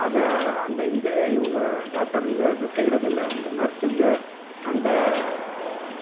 அதை அந்த இதே உங்கள் டாக்டருங்க செய்கிறதில்ல அந்த நர்ஸ்ங்க அந்த